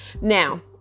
now